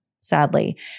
sadly